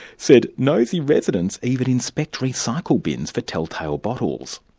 said nosy residents even inspect recycle bins for telltale bottles.